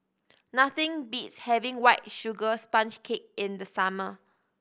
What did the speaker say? nothing beats having White Sugar Sponge Cake in the summer